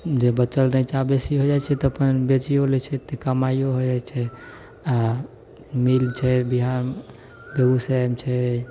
जे बचल रैचा बेसी हो जाइत छै तऽ फेन बेचियो लै छै कमाइयो हो जाइत छै आ मिल छै बिहारमे बेगूसरायमे छै